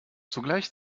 zugleich